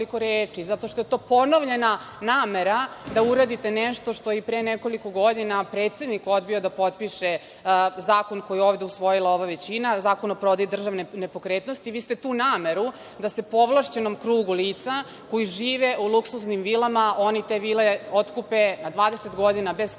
zato što je to ponovljena namera da uradite nešto što i pre nekoliko godina predsednik odbio da potpiše zakon koji je ovde usvojila ova većina, Zakon o prodaji državne nepokretnosti, vi ste tu nameru da se povlašćenom krugu lica koji žive u luksuznim vilama, oni te vile otkupe, a 20 godina bez kamate